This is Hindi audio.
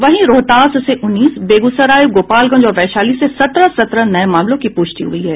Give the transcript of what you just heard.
वहीं रोहतास से उन्नीस बेगूसराय गोपालगंज और वैशाली से सत्रह सत्रह नये मामलों की पुष्टि हुई है